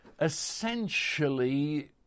essentially